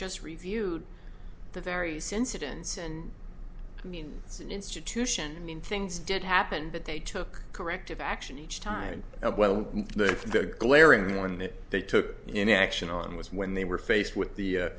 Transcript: just reviewed the various incidents and i mean it's an institution i mean things did happen but they took corrective action each time well the glaring one that they took in action on was when they were faced with the